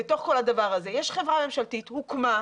בתוך כל הדבר הזה יש חברה ממשלתית שהוקמה.